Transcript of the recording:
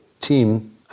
team